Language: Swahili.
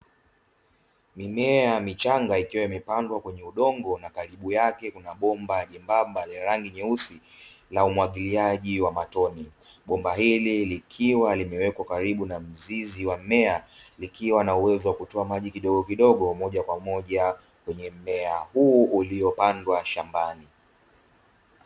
Mimea michanga ikiwa imepandwa kwenye udongo na karibu yake kuna bomba jembamba la rangi nyeusi la umwagiliaji wa matone, bomba hili likiwa limewekwa karibu na mzizi wa mmea, likiwa na uwezo wa kutoa maji kidogo kidogo, moja kwa moja kwenye mmea huu uliopandwa shambani.